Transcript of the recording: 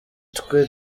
twe